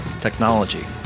technology